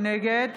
נגד